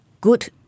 good